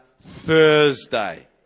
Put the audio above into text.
Thursday